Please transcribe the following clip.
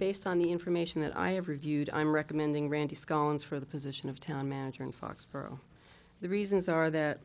based on the information that i have reviewed i'm recommending randy scones for the position of town manager in foxboro the reasons are that